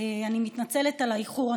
מתנצלת על האיחור.